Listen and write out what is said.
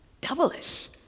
devilish